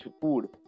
food